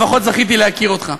לפחות זכיתי להכיר אותך.